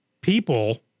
people